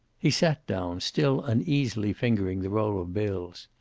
he sat down, still uneasily fingering the roll of bills.